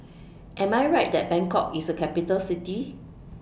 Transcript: Am I Right that Bangkok IS A Capital City